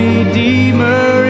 Redeemer